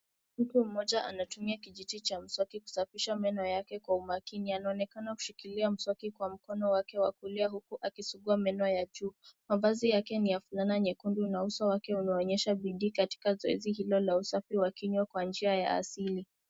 Mtu mmoja anatumia kijiti cha mswaki kusafisha meno yake kwa umakini. Anaonekana kushikilia mswaki kwa mkono wake wa kulia huku akisugua meno ya juu. Mavazi yake ni ya fulana nyekundu na uso wake unaonyesha bidii katika zoezi hilo la usafi wa kinywa kwa njia ya asili.